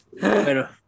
Bueno